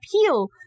appeal